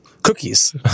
Cookies